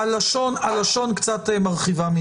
אני אומר שהרעיון היה משותף.